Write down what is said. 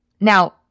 Now